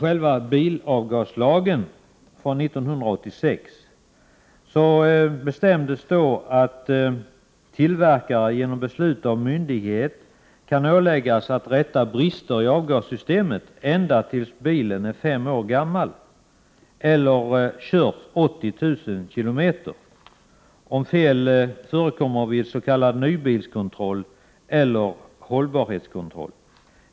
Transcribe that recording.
Enligt bilavgaslagen från 1986 kan tillverkare genom beslut av myndighet åläggas att rätta brister i avgasreningssystemet ända tills bilen är fem år gammal eller har körts 80 000 km, om fel framkommer vid en s.k. nybilskontroll eller hållbarhetskontroll.